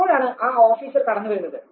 അപ്പോഴാണ് ആ ഓഫീസർ കടന്നുവരുന്നത്